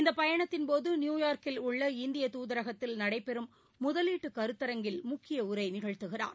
இந்தப் பயணத்தின்போது நியூயார்க்கில் உள்ள இந்திய துதரகத்தில் நடைபெறும் முதலீட்டு கருத்தரங்கில் முக்கிய உரை நிகழ்த்தினார்